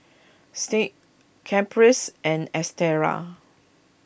Signe Caprice and Estela